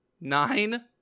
Nine